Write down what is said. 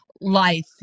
life